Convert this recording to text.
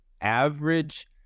average